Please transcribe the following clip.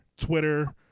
Twitter